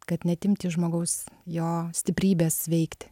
kad neatimti iš žmogaus jo stiprybės veikti